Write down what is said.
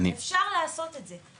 אפשר לעשות את זה.